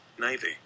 Navy